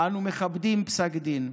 אנו מכבדים את פסק הדין.